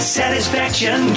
satisfaction